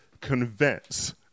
convince